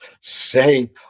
say